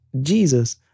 Jesus